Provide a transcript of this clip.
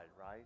Right